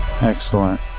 Excellent